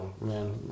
man